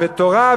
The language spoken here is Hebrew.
ותורה,